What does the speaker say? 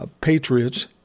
patriots